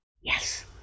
yes